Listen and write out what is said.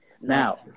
Now